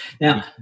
Now